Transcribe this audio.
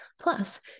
Plus